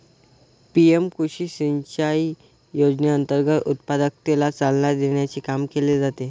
PM कृषी सिंचाई योजनेअंतर्गत उत्पादकतेला चालना देण्याचे काम केले जाते